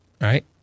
right